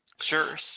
Sure